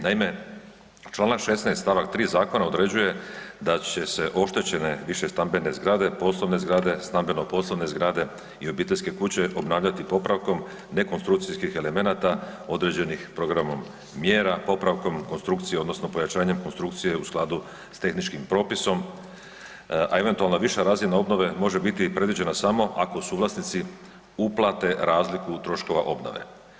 Naime, čl. 16. st. 3. zakona određuje da će se oštećene vise stambene zgrade, poslovne zgrade, stambeno poslovne zgrade i obiteljske kuće obnavljati popravkom ne konstrukcijskih elemenata određenih programom mjera, popravkom konstrukcije odnosno pojačanjem konstrukcije u skladu s tehničkim propisom, a eventualna viša razina obnove može biti predviđena samo ako suvlasnici uplate razliku troškova obnove.